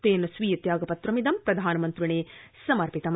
तेन स्वीय त्यागपत्रमिदं प्रधानमन्त्रिणे समर्पितम्